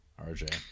RJ